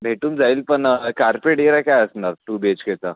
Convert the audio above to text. भेटून जाईल पण कार्पेट एरिया काय असणार टू बी एच केचा